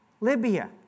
Libya